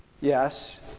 Yes